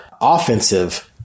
offensive